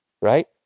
right